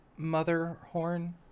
Motherhorn